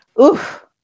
Oof